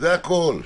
זה הכול.